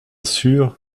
sûr